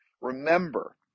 Remember